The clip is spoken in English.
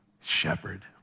shepherd